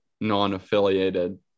non-affiliated